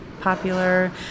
popular